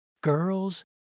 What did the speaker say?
Girls